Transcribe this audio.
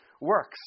works